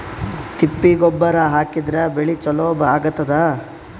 ತಿಪ್ಪಿ ಗೊಬ್ಬರ ಹಾಕಿದ್ರ ಬೆಳಿ ಚಲೋ ಆಗತದ?